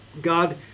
God